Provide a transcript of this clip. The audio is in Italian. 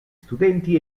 studenti